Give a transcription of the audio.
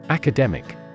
Academic